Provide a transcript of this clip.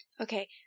Okay